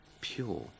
pure